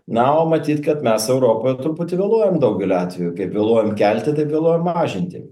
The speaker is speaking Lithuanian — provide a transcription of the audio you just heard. na o matyt kad mes europoj truputį vėluojam daugeliu atvejų kaip vėluojam kelti taip vėluojam mažinti